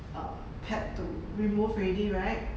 um pad to remove already right